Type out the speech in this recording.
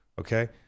okay